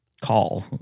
call